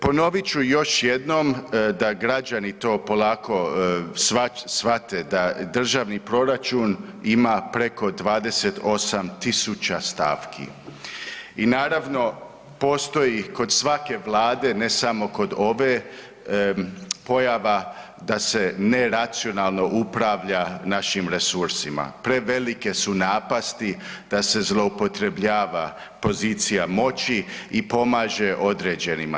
Ponovit ću još jednom da građani to polako svate da državni proračun ima preko 28.000 stavki i naravno postoji kod svake vlade, ne samo kod ove, pojava da se ne racionalno upravlja našim resursima, prevelike su napasti da se zloupotrebljava pozicija moći i pomaže određenima.